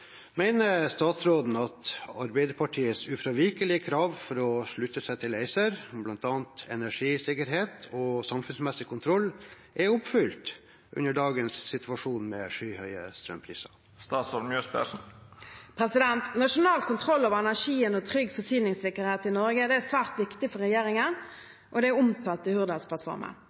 statsråden at Arbeiderpartiets ufravikelige krav for å slutte seg til ACER, om bl.a. energisikkerhet og samfunnsmessig kontroll, er oppfylt under dagens situasjon med skyhøye strømpriser?» Nasjonal kontroll over energien og trygg forsyningssikkerhet i Norge er svært viktig for regjeringen, og det er omtalt i Hurdalsplattformen.